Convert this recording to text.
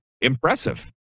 impressive